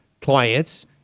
clients